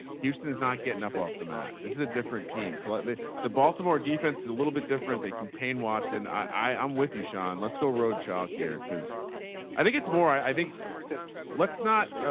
houston's not getting up off the mat. this is a different team called the the baltimore defense is a little bit different. they contain watson. i i'm with you, sean. let's go road chalk here. cause i think it's more, i think let's not,